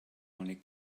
only